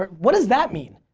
but what does that mean?